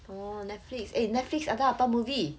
oh Netflix eh Netflix ada apa movie